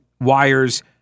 wires